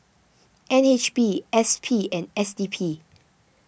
N H B S P and S D P